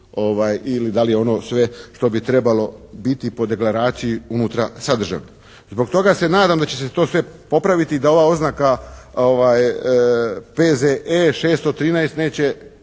ili da li je ono sve što bi trebalo biti po deklaraciji unutra sadržano. Zbog toga se nadam da će se sve to popraviti i da ova oznaka P.Z.E. 613 neće